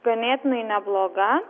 ganėtinai nebloga